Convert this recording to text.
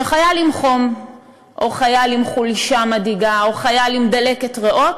שחייל עם חום או חייל עם חולשה מדאיגה או חייל עם דלקת ריאות